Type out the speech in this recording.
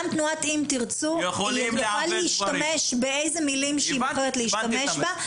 אם אנחנו בוועדת חינוך,